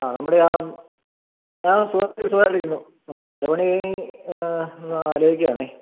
ആ നമ്മുടെ ആ ആ സുഖമാണ് സുഖമായിട്ടിരിക്കുന്നു നമ്മുടെ പെരപണി ആലോചിക്കുവാണ്